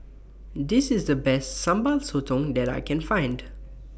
This IS The Best Sambal Sotong that I Can Find